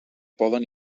poden